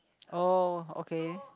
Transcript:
oh okay